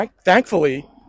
Thankfully